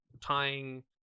tying